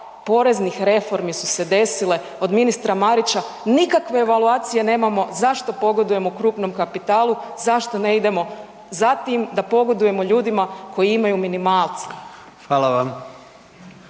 poreznih reformi su se desile od ministra Marića, nikakve evaluacije nemamo zašto pogodujemo krupnom kapitalu, zašto ne idemo za tim da pogodujemo ljudima koji imaju minimalce.